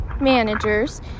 managers